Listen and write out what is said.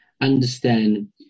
understand